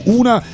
una